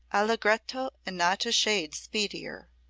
allegretto and not a shade speedier!